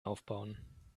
aufbauen